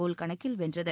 கோல் கணக்கில் வென்றது